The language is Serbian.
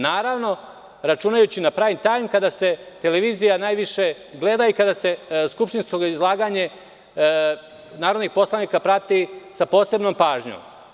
Naravno, računajući na prajmtajm kada se televizija najviše gleda i kada se skupštinsko izlaganje narodnih poslanika prati sa posebnom pažnjom.